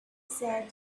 said